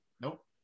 Nope